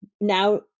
now